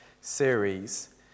series